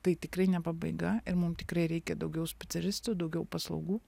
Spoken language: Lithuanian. tai tikrai ne pabaiga ir mum tikrai reikia daugiau specialistų daugiau paslaugų